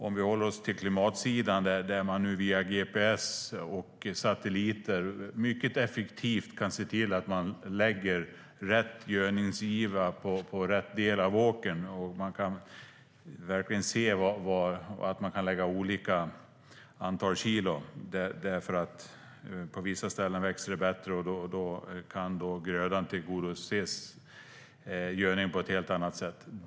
Om vi håller oss till klimatsidan kan man nu via gps och satelliter mycket effektivt se till att man lägger rätt gödningsgiva på rätt del av åkern, och man kan se var man ska lägga olika antal kilon. På vissa ställen växer det nämligen bättre, och på så sätt kan grödan tillgodose sig gödningen på ett helt annat sätt.